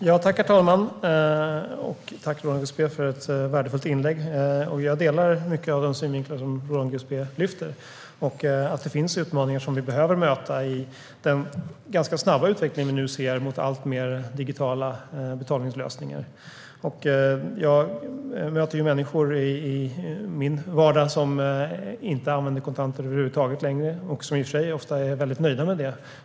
Herr talman! Jag tackar Roland Gustbée för ett värdefullt inlägg. Jag delar många av de synpunkter som Roland Gustbée lyfte fram. Det finns utmaningar som vi behöver möta i den ganska snabba utveckling vi ser mot alltmer digitala betalningslösningar. Jag möter människor i min vardag som inte använder kontanter över huvud taget längre och som ofta är nöjda med det.